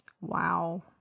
Wow